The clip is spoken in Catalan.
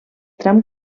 tram